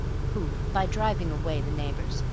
who, by driving away the neighbors,